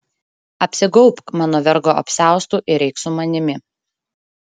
apsigaubk mano vergo apsiaustu ir eik su manimi